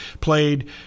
played